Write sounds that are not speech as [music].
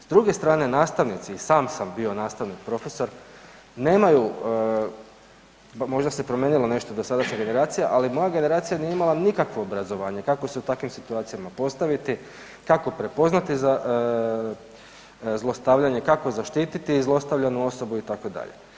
S druge strane nastavnici, i sam sam bio nastavnik profesor, nemaju, možda se promijenilo nešto do sada ... [unintelligible] generacija ali moja generacija nije imala nikakvo obrazovanje, kako se u takvim situacijama postaviti, kako prepoznati zlostavljanje, kako zaštititi zlostavljanu osobu itd.